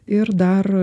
ir dar